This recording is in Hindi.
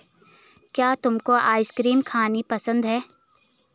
क्या तुमको आइसक्रीम खानी पसंद है?